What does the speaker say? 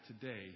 today